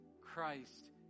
Christ